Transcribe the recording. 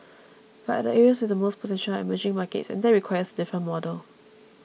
but the areas with the most potential are emerging markets and that requires a different model